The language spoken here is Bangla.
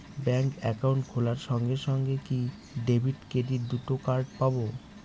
ব্যাংক অ্যাকাউন্ট খোলার সঙ্গে সঙ্গে কি ডেবিট ক্রেডিট দুটো কার্ড পাবো?